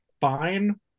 fine